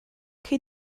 cei